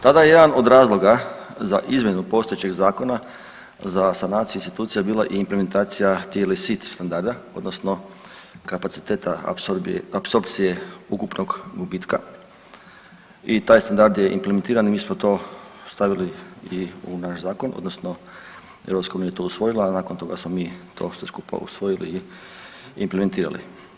Tada je jedan od razloga za izmjenu postojećeg zakona sa sanaciju institucija bila i implementacija TLAC standarda odnosno kapaciteta apsorpcije ukupnog gubitka i taj standard je implementiran i mi smo to stavili i u naš zakon, odnosno EU je to usvojila, a nakon toga smo mi to sve skupa usvojili i implementirali.